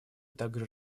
также